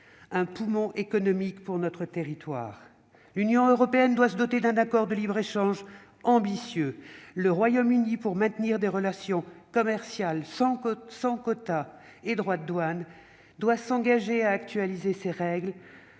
un poumon économique pour notre territoire. L'Union européenne doit se doter d'un accord de libre-échange ambitieux. S'il souhaite maintenir des relations commerciales sans quotas ni droits de douane, le Royaume-Uni doit s'engager à actualiser ses règles